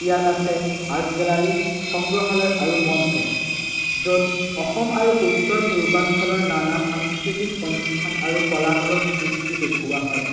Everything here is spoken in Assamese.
ইয়াত আছে আৰ্ট গেলাৰী সংগ্ৰহালয় আৰু মঞ্চ য'ত অসম আৰু উত্তৰ পূৰ্বাঞ্চলৰ নানা সাংস্কৃতিক অনুষ্ঠান আৰু কলামূলক সৃষ্টি দেখুওৱা হয়